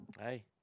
Hey